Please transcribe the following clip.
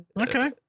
okay